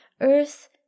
Earth